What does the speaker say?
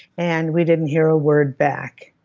and we didn't hear a word back.